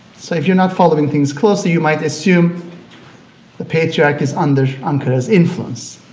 so if you're not following things closely, you might assume the patriarch is under ankara's influence.